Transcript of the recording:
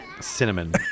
Cinnamon